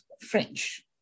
French